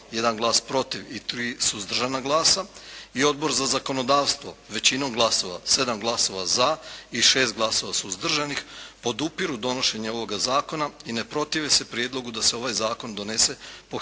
1 glas protiv i 3 suzdržana glasa i Odbor za zakonodavstvo većinom glasova 7 glasova za i 6 glasova suzdržanih podupiru donošenje ovoga zakona i ne protive se prijedlogu da se ovaj zakon donese po hitnom